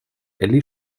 elli